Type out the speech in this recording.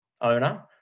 owner